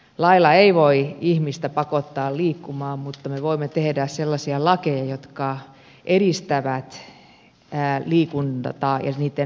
lailla ei voi ihmistä pakottaa liikkumaan mutta me voimme tehdä sellaisia lakeja jotka edistävät mahdollisuuksia liikkua